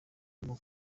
arimo